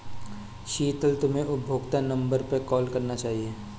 शीतल, तुम्हे उपभोक्ता नंबर पर कॉल करना चाहिए